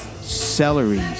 celery